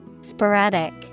Sporadic